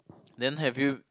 then have you